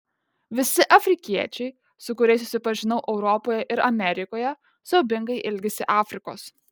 visi afrikiečiai su kuriais susipažinau europoje ir amerikoje siaubingai ilgisi afrikos